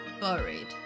buried